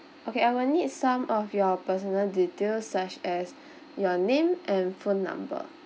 okay I will need some of your personal details such as your name and phone number